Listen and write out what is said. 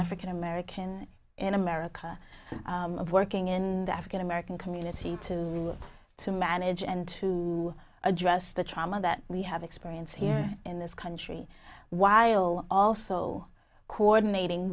african american in america of working in the african american community to to manage and to address the trauma that we have experienced here in this country while also coordinating